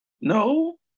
no